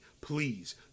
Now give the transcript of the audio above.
please